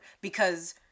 Because-